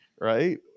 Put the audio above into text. Right